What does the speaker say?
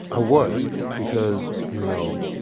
i was. because, you know,